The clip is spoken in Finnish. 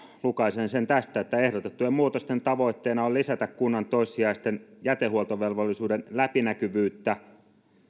lukaisen sen tästä ehdotettujen muutosten tavoitteena on lisätä kunnan toissijaisen jätehuoltovelvollisuuden läpinäkyvyyttä